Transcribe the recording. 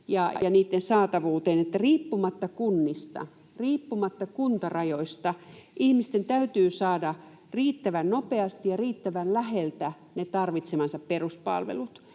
Riippumatta kunnista, riippumatta kuntarajoista ihmisten täytyy saada riittävän nopeasti ja riittävän läheltä ne tarvitsemansa peruspalvelut.